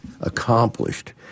accomplished